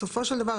בסופו של דבר,